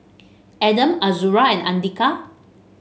Adam Azura and Andika